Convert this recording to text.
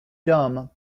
dumb